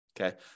Okay